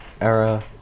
era